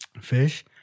fish